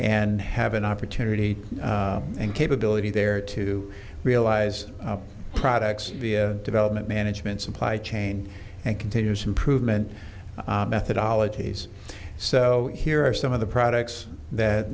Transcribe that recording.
and have an opportunity and capability there to realize products via development management supply chain and continuous improvement methodology s so here are some of the products that